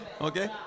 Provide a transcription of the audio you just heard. Okay